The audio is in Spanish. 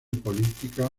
política